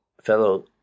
fellow